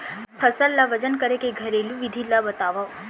फसल ला वजन करे के घरेलू विधि ला बतावव?